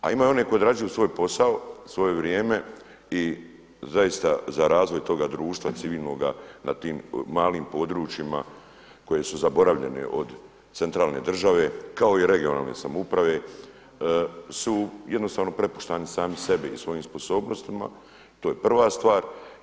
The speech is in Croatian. A ima onih koji odrađuju svoj posao u svoje vrijeme i zaista za razvoj toga društva civilnoga na tim malim područjima koje su zaboravljene od centralne države kao i regionalne samouprave su jednostavno prepušteni sami sebi i svojim sposobnostima, to je prva stvar.